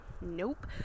nope